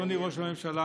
אדוני ראש הממשלה,